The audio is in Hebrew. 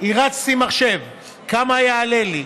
הרצתי במחשב כמה יעלה לי.